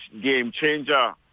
game-changer